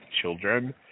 children